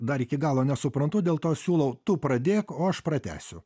dar iki galo nesuprantu dėl to siūlau tu pradėk o aš pratęsiu